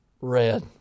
red